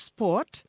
Sport